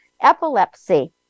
epilepsy